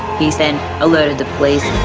he sent a letter to the police.